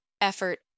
effort